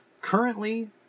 currently